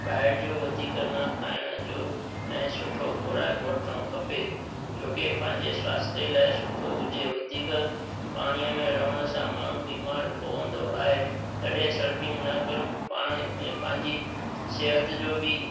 ॿाहिरि जो वधीक न खाइण जो ऐं सुठो खुराक वठिणो खपे छो की पंहिंजे स्वास्थ्यु लाइ सुठो हुजे वधीक पाणीअ में रहण सां माण्हू बीमार पवंदो आहे तॾहिं सर्फिंग न करू पाण में पंहिंजी सिहतु जो बि